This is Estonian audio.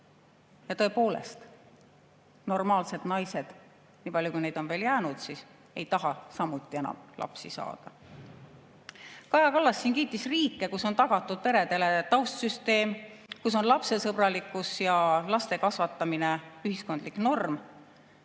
Tõepoolest, normaalsed naised, nii palju kui neid on veel jäänud, ei taha samuti enam lapsi saada. Kaja Kallas kiitis siin riike, kus on tagatud peredele taustsüsteem, kus on lapsesõbralikkus ja laste kasvatamine ühiskondlik norm.